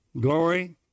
glory